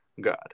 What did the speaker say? God